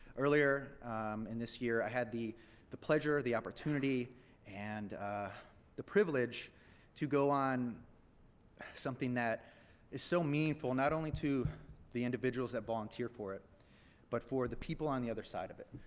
earlier and this year i had the the pleasure, the opportunity and ah the privilege to go on something that is so meaningful not only to the individuals that volunteer for it but for the people on the other side of it.